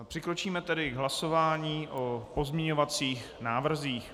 Přikročíme tedy k hlasování o pozměňovacích návrzích.